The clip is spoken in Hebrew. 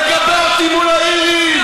תגבה אותי מול האירי,